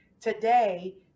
today